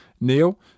Neil